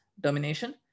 domination